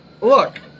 look